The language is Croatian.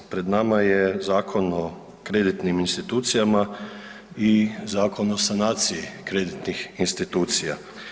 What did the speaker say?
Pred nama je Zakon o kreditnim institucijama i Zakon o sanaciji kreditnih institucija.